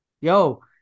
Yo